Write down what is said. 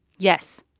yes.